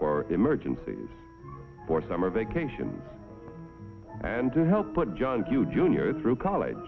for emergencies for summer vacations and to help put john q junior through college